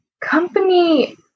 company